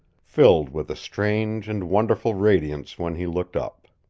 filled with a strange and wonderful radiance when he looked up.